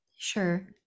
sure